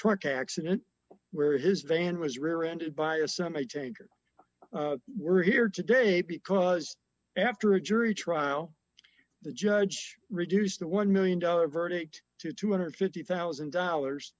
truck accident where his van was rear ended by a sunday changer we're here today because after a jury trial the judge reduced the one million dollars verdict to two hundred and fifty thousand dollars